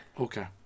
Okay